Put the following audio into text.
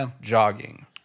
jogging